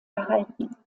erhalten